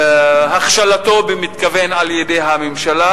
הכשלתו במתכוון על-ידי הממשלה,